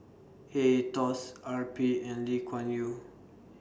A Etos R P and Li Kuan YOU